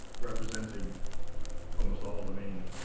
represented almost all the main,